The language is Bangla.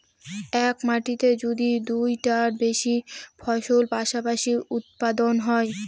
এক মাটিতে যদি দুইটার বেশি ফসল পাশাপাশি উৎপাদন হয়